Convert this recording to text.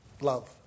love